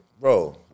bro